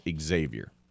Xavier